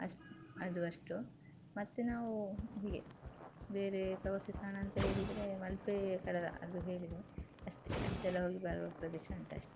ಅಷ್ ಇದು ಅಷ್ಟು ಮತ್ತೆ ನಾವು ಹೀಗೆ ಬೇರೆ ಪ್ರವಾಸಿ ತಾಣ ಅಂತ ಹೇಳಿದರೆ ಮಲ್ಪೆ ಕಡಲ ಅದು ಹೇಳಿದೆ ಅಷ್ಟೇ ಅಷ್ಟೆಲ್ಲ ಹೋಗಿ ಬರುವ ಪ್ರದೇಶ ಉಂಟು ಅಷ್ಟೇ